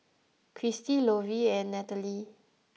Christi Lovie and Nataly